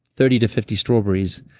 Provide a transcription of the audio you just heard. thirty to fifty strawberries.